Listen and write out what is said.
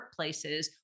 workplaces